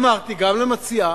אמרתי גם למציעה,